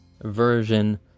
version